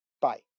Bye